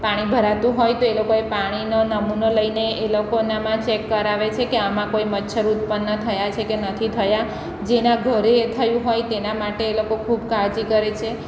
પાણી ભરાતું હોય તો એ લોકો એ પાણીનો નમૂનો લઈને એ લોકોનામાં ચેક કરાવે છે કે આમાં કોઈ મચ્છર ઉત્પન્ન થયા છે કે નથી થયા જેના ઘરે થયું હોય તેના માટે એ લોકો ખૂબ કાળજી કરે છે